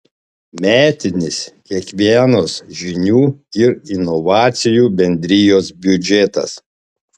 metinis kiekvienos žinių ir inovacijų bendrijos biudžetas